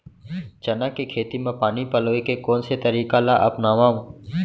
चना के खेती म पानी पलोय के कोन से तरीका ला अपनावव?